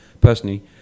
Personally